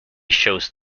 chose